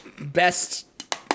best